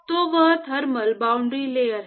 तो वह thermal boundary layer है